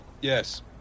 yes